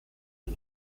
del